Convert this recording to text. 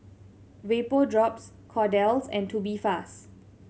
Vapodrops Kordel's and Tubifast